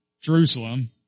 Jerusalem